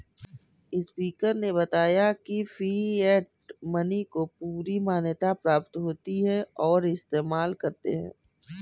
speaker ने बताया की फिएट मनी को पूरी मान्यता प्राप्त होती है और इस्तेमाल करते है